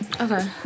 Okay